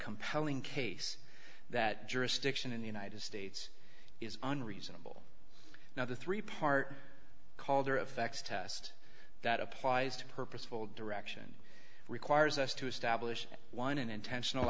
compelling case that jurisdiction in the united states is unreasonable now the three part calder effects test that applies to purposeful direction requires us to establish one an intentional